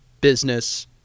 business